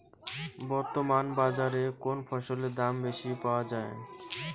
বর্তমান বাজারে কোন ফসলের দাম বেশি পাওয়া য়ায়?